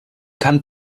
kann